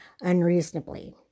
unreasonably